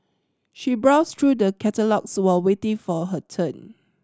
she browsed through the catalogues while waiting for her turn